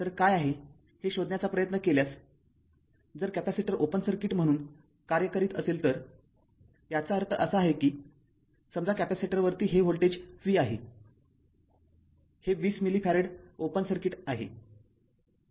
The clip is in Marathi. तर काय आहे हे शोधण्याचा प्रयत्न केल्यासजर कॅपेसिटर ओपन सर्किट म्हणून कार्य करीत असेल तर याचा अर्थ असा आहे की समजा कॅपेसिटरवरती हे व्होल्टेज v आहे हे २० मिली फॅरेड ओपन सर्किट आहे